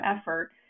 effort